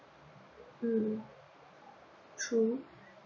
mm true